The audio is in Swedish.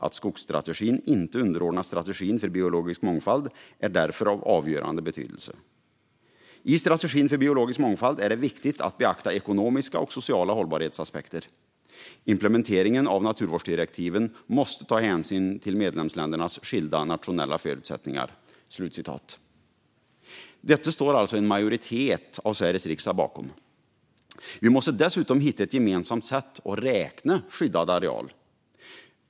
Att skogsstrategin inte underordnas strategin för biologisk mångfald är därför av avgörande betydelse. I strategin för biologisk mångfald är det viktigt att beakta ekonomiska och sociala hållbarhetsaspekter. Implementeringen av naturvårdsdirektiven måste ta hänsyn till medlemsländernas skilda nationella förutsättningar." Detta står alltså en majoritet i Sveriges riksdag bakom. Vi måste dessutom hitta ett gemensamt sätt att räkna skyddad areal.